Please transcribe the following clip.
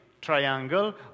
triangle